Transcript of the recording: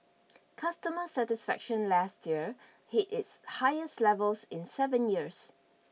customer satisfaction last year hit its highest levels in seven years